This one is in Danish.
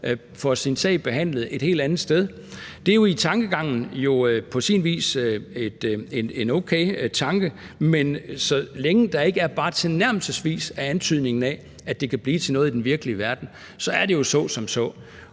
får sin sag behandlet et helt andet sted. Det er jo på sin vis en okay tanke, men så længe der ikke bare tilnærmelsesvis er antydningen af, at det kan blive til noget i den virkelige verden, så er det jo så som så.